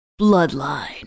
Bloodline